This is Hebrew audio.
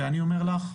ואני אומר לך,